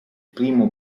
primo